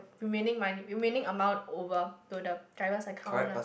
remaining money remaining amount over to the driver's account lah